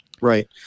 right